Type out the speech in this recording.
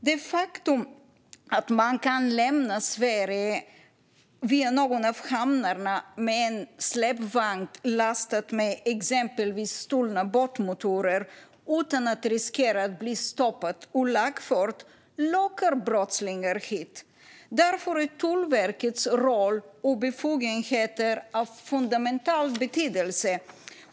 Det faktum att man kan lämna Sverige via någon av hamnarna med en släpvagn lastad med exempelvis stulna båtmotorer utan att riskera att bli stoppad och lagförd lockar brottslingar hit. Därför är Tullverkets roll och befogenheter av fundamental betydelse.